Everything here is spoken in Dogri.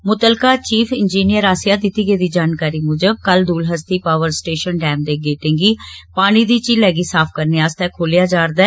मुत्तलका चीफ इंजीनियर अस्सेआ दिती गेदी जानकारी मूजब कल दूलहस्ती पावर स्टेशन डैम दे गेटें गी पानी दी झीलें गी साफ करने आस्तै खोलेआ जारदा ऐ